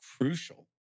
crucial